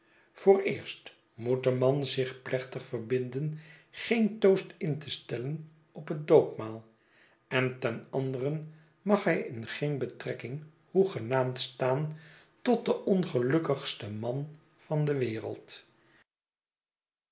vooreerst moet de man zich plechtig verbinden geen toast in te stellen op het doopmaal en ten anderen mag hij in geen betrekking hoegenaamd staan tot den ongelukkigsten man van de wereld